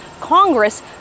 Congress